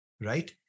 right